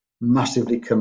massively